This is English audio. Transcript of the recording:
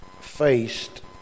faced